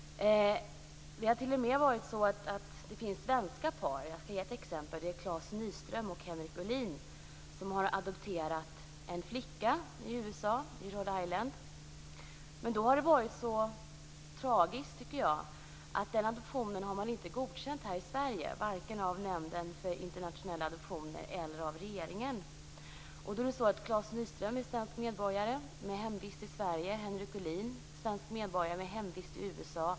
Det finns t.ex. ett svenskt par, Klas Nyström och Rhode Island. Det tragiska är att den adoptionen inte har godkänts i Sverige, vare sig av Nämnden för internationella adoptioner eller av regeringen. Klas Nyström är svensk medborgare med hemvist i Sverige och Henrik Uhlin är svensk medborgare med hemvist i USA.